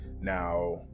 Now